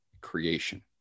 creation